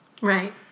Right